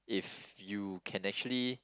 if you can actually